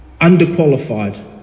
underqualified